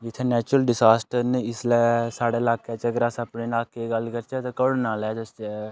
जि'त्थें natural disaster न इसलै साढ़े लाकै च अगर अस अपने लाकै गल्ल करचै ते कोह् नाला आह्ले रस्ते ई